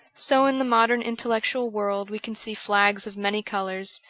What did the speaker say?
so in the modern intellectual world we can see flags of many colours,